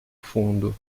fundo